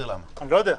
אני לא יודע.